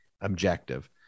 objective